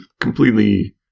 completely